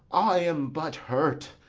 i am but hurt.